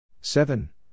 Seven